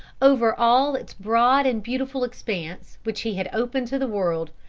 over all its broad and beautiful expanse which he had opened to the world,